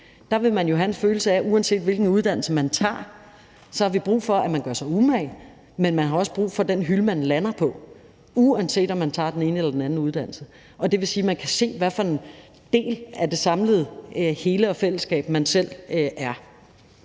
vil man jo have en følelse af, at uanset hvilken uddannelse man tager, har vi brug for, at man gør sig umage, men vi har også brug for den hylde, man lander på, uanset om man tager den ene eller den anden uddannelse. Og det vil sige, at man kan se, hvad for en del af det samlede hele og fællesskab, man selv er.